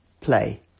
Play